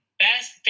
best